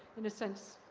in a sense,